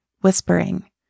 whispering